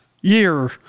year